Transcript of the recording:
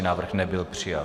Návrh nebyl přijat.